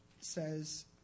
says